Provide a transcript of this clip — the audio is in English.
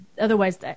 otherwise